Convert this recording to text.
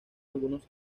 algunos